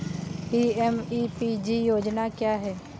PMEPG योजना क्या है?